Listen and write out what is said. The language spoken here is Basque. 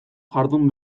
jardun